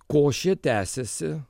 košė tęsiasi